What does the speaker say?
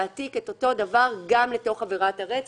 להעתיק את אותו הדבר גם לתוך עבירת הרצח,